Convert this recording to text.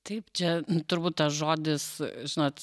taip čia turbūt tas žodis žinot